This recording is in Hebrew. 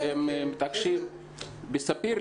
בספיר,